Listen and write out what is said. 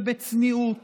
בצניעות